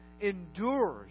endures